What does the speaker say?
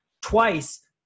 twice